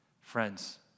friends